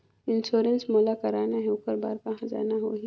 Insurance मोला कराना हे ओकर बार कहा जाना होही?